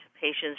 patients